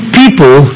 people